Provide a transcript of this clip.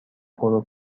پرو